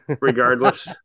regardless